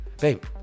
Babe